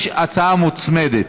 יש הצעה מוצמדת.